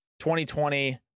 2020